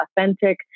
authentic